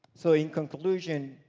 so in conclusion,